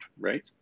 right